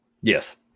Yes